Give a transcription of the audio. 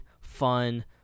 fun